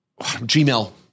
Gmail